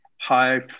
high